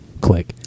Click